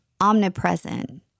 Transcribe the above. omnipresent